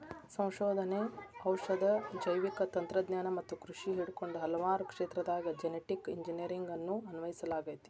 ಸಂಶೋಧನೆ, ಔಷಧ, ಜೈವಿಕ ತಂತ್ರಜ್ಞಾನ ಮತ್ತ ಕೃಷಿ ಹಿಡಕೊಂಡ ಹಲವಾರು ಕ್ಷೇತ್ರದಾಗ ಜೆನೆಟಿಕ್ ಇಂಜಿನಿಯರಿಂಗ್ ಅನ್ನು ಅನ್ವಯಿಸಲಾಗೆತಿ